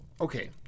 Okay